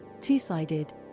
two-sided